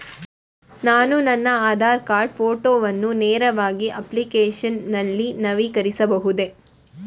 ನಾನು ನನ್ನ ಆಧಾರ್ ಕಾರ್ಡ್ ಫೋಟೋವನ್ನು ನೇರವಾಗಿ ಅಪ್ಲಿಕೇಶನ್ ನಲ್ಲಿ ನವೀಕರಿಸಬಹುದೇ?